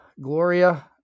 Gloria